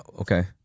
Okay